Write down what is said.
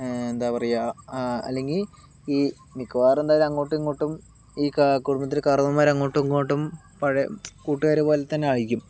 എന്താ പറയുക അല്ലെങ്കിൽ ഈ മിക്കവാറും എന്തായാലും അങ്ങോട്ടും ഇങ്ങോട്ടും ഈ ക കുടുംബത്തിലെ കാർന്നോന്മാർ അങ്ങോട്ടും ഇങ്ങോട്ടും പഴയ കൂട്ടുകാരെപ്പോലെത്തന്നെ ആയിരിയ്ക്കും